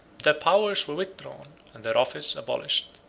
their powers were withdrawn, and their office abolished.